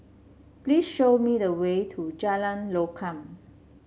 please show me the way to Jalan Lokam